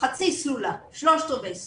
חצי סלולה, שלושת רבעי סלולה,